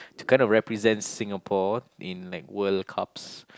to kind of represent Singapore in like World Cups